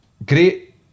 Great